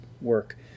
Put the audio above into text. work